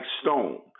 stone